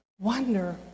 wonder